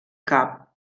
cap